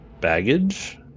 baggage